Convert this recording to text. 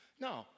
No